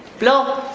blow!